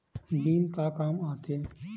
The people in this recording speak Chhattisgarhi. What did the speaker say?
बिल का काम आ थे?